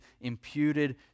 imputed